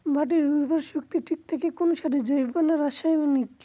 মাটির উর্বর শক্তি ঠিক থাকে কোন সারে জৈব না রাসায়নিক?